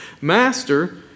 Master